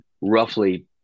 roughly